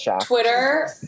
Twitter